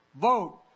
vote